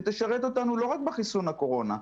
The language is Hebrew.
שתשרת אותנו לא רק בחיסון הקורונה,